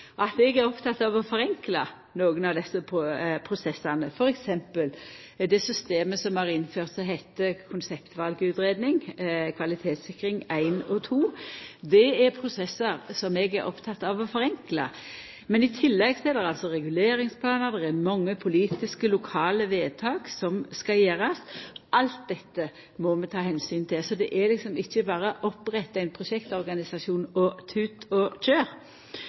kan eg melda at eg er oppteken av å forenkla nokre av desse prosessane, f.eks. det systemet som er innført som heiter konseptvalutgreiing og kvalitetssikring 1 og 2. Det er prosessar som eg er oppteken av å forenkla. Men i tillegg er det reguleringsplanar, det er mange lokale politiske vedtak som skal gjerast. Alt dette må vi ta omsyn til. Så det er likesom ikkje berre å oppretta ein prosjektorganisasjon og tut